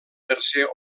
tercer